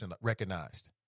recognized